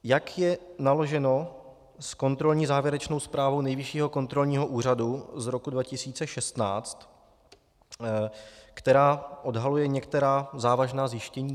Jak je naloženo s kontrolní závěrečnou zprávou Nejvyššího kontrolního úřadu z roku 2016, která odhaluje některá závažná zjištění?